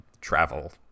travel